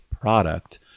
product